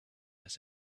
was